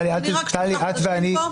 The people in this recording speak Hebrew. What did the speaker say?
אף פעם לא מפוזיציה.